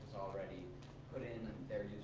already put in their